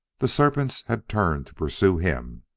the serpents had turned to pursue him,